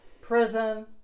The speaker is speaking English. prison